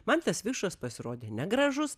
man tas vikšras pasirodė negražus